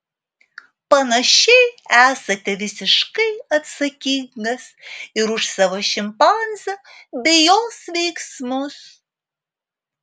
panašiai esate visiškai atsakingas ir už savo šimpanzę bei jos veiksmus